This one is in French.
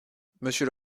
monsieur